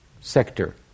sector